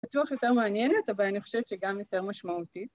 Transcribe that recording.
‫בטוח יותר מעניינת, ‫אבל אני חושבת שגם יותר משמעותית.